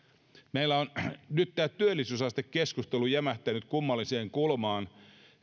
meillä on nyt tämä työllisyysastekeskustelu jämähtänyt kummalliseen kulmaan